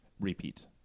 Repeat